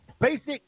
basic